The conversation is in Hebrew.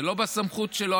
זה לא בסמכות שלו,